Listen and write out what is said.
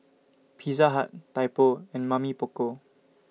Pizza Hut Typo and Mamy Poko